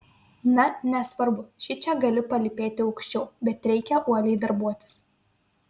na nesvarbu šičia gali palypėti aukščiau bet reikia uoliai darbuotis